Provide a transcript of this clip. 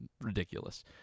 ridiculous